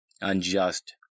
unjust